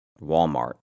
Walmart